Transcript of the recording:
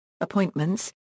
Appointments